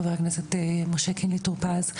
חבר הכנסת משה קינלי טור פז,